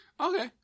Okay